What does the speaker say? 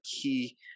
key